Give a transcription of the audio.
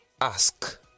ask